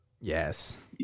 Yes